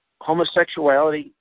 homosexuality